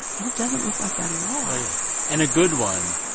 and it doesn't look like that at all yeah and a good one,